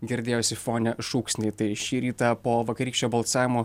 girdėjosi fone šūksniai tai šį rytą po vakarykščio balsavimo